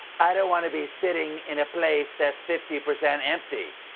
i don't want to be sitting in a place that's fifty percent empty.